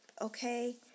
Okay